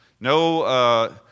No